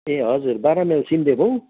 ए हजुर बाह्र माइल सिन्देबुङ